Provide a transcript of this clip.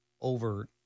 over